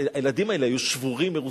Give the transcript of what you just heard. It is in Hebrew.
הילדים האלה היו שבורים, מרוסקים.